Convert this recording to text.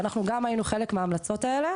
אנחנו גם היינו חלק מההמלצות האלה